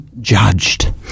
judged